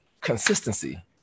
consistency